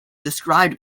described